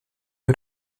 nur